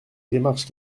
démarche